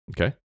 Okay